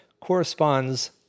corresponds